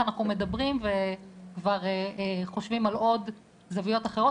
אנחנו מדברים וכבר חושבים על עוד זוויות אחרות,